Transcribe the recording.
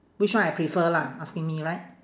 which one I prefer lah asking me right